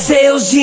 Sales